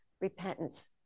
Repentance